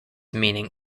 meaning